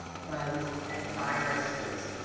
bugs, and viruses.